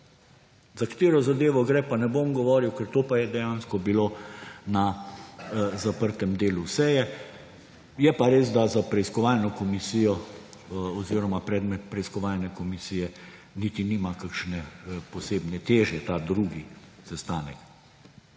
Za katero zadevo gre, pa ne bom govoril, ker to pa je dejansko bilo na zaprtem delu seje. Je pa res, da za preiskovalno komisijo oziroma predmet preiskovalne komisije niti nima kakšne posebne teže ta drugi sestanek.